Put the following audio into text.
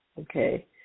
okay